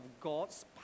God's